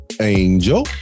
Angel